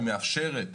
היא מאפשרת